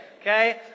okay